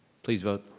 please vote.